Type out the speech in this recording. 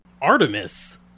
Artemis